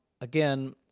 Again